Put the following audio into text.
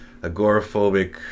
agoraphobic